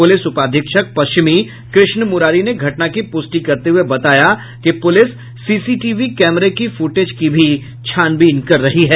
police उपाधीक्षक पश्चिमी कृष्ण मुरारी ने घटना की पुष्टि करते हुए बताया कि पुलिस सीसीटीवी कैमरे की फुटेज की भी छानबीन कर रही है